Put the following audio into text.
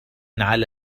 على